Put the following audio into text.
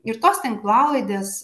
ir tos tinklalaidės